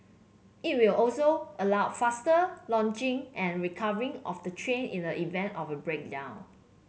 it will also allow faster launching and recovery of the train in the event of a breakdown